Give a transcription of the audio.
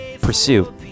pursue